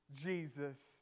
Jesus